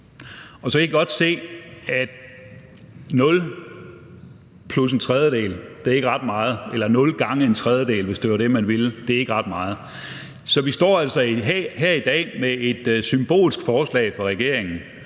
på. Så kan I godt se, at nul plus en tredjedel ikke er ret meget, eller at nul gange en tredjedel, hvis det var det, man ville, ikke er ret meget. Så vi står altså her i dag med et symbolsk forslag fra regeringen,